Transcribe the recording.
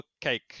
cake